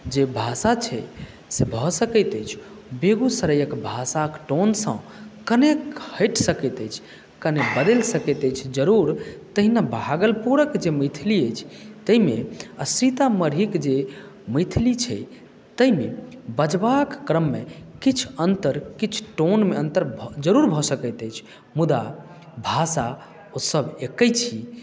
जे भाषा छै से भऽ सकैत अछि बेगूसरायक भाषाक टोनसँ कनेक हटि सकैत अछि कने बदलि सकैत अछि जरूर तहिना भागलपुरक जे मैथिली अछि ताहिमे आ सीतामढ़ीक जे मैथिली छै ताहिमे बजबाक क्रममे किछु अन्तर किछु टोनमे अन्तर जरूर भऽ सकैत अछि मुदा भाषा ओसभ एक्के छी